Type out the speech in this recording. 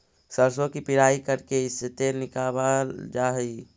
सरसों की पिड़ाई करके इससे तेल निकावाल जा हई